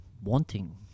wanting